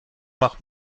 mache